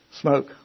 Smoke